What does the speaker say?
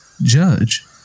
Judge